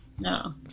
No